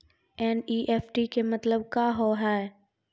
NEFT के मतलब का होव हेय?